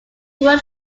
would